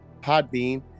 Podbean